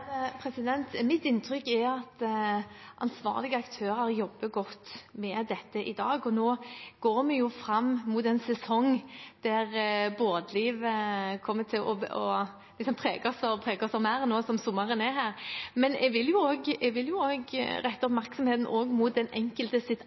Mitt inntrykk er at ansvarlige aktører jobber godt med dette i dag, og nå går vi fram mot en sesong der båtlivet kommer til å prege oss – det preger oss nå, nå som sommeren er her. Men jeg vil også rette oppmerksomheten mot den enkeltes ansvar for å ferdes trygt og sikkert på sjøen, og